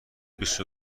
دویست